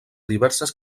diverses